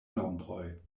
nombroj